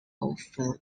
often